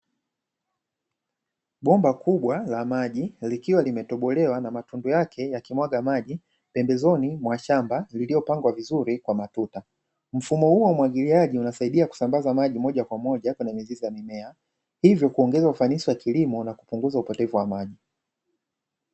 Bomba kubwa la maji likiwa limetobolewa na matundu yake yakimwaga maji pembezoni mwa shamba lilio pangwa vizuri kwa matuta mfumo huo wa umwagiliaji unasaidia kusambaza maji mojakwamoja kwenye mizizi ya mimea, hivyo kuongeza ufanisi wa kilimo na kupunguza upotevu wa maji.